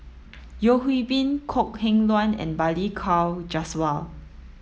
Yeo Hwee Bin Kok Heng Leun and Balli Kaur Jaswal